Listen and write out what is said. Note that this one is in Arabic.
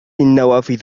النوافذ